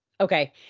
Okay